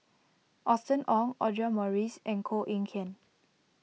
Austen Ong Audra Morrice and Koh Eng Kian